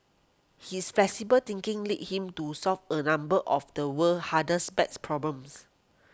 his flexible thinking led him to solve a number of the world's hardest math problems